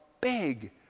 big